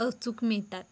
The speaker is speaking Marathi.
अचूक मिळतात